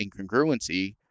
incongruency